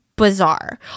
bizarre